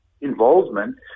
involvement